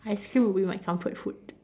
ice cream would be my comfort food